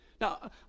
Now